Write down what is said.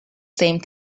same